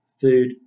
food